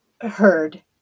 heard